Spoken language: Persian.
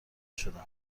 شدم